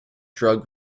drug